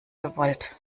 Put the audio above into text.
gewollt